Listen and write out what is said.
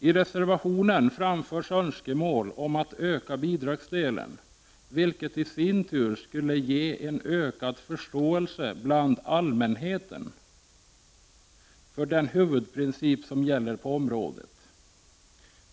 I reservationen framförs önskemål om att öka bidragsdelen, vilket i sin tur skulle ge en ökad förståelse bland allmänheten för den huvudprincip som gäller på området.